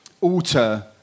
alter